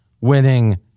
winning